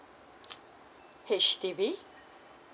H_D_B